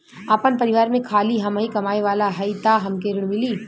आपन परिवार में खाली हमहीं कमाये वाला हई तह हमके ऋण मिली?